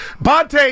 Bonte